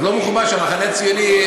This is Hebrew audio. לא מכובד שהמחנה הציוני,